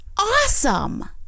awesome